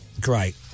Great